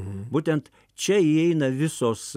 būtent čia įeina visos